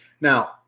Now